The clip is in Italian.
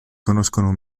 conoscono